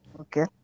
Okay